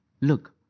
look